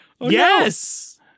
Yes